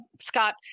Scott